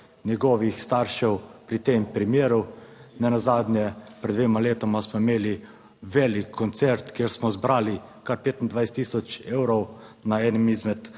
njegovih staršev pri tem primeru. Nenazadnje pred dvema letoma smo imeli velik koncert, kjer smo zbrali kar 25 tisoč evrov na enem izmed